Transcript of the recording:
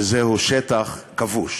שזהו שטח כבוש.